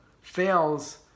fails